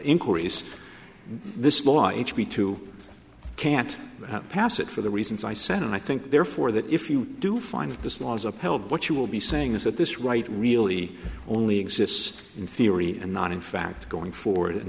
inquiries this law each b two can't pass it for the reasons i said i think therefore that if you do find of this law is upheld what you will be saying is that this right really only exists in theory and not in fact going forward